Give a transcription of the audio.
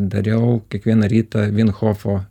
dariau kiekvieną rytą vinhofo